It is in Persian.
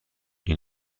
این